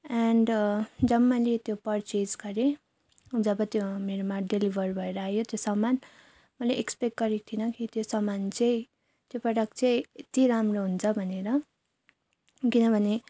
and जब मैले त्यो परचेज गरेँ जब त्यो मेरोमा डेलिभर भएर आयो त्यो सामान मैले एक्सपेक्ट गरेक थिइन कि त्यो सामान चाहिँ त्यो प्रडक्ट चाहिँ यति राम्रो हुन्छ भनेर किनभने